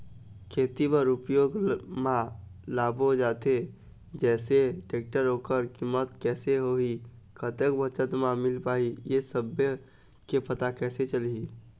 खेती बर उपयोग मा लाबो जाथे जैसे टेक्टर ओकर कीमत कैसे होही कतेक बचत मा मिल पाही ये सब्बो के पता कैसे चलही?